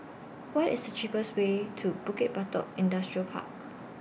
What IS The cheapest Way to Bukit Batok Industrial Park